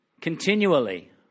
continually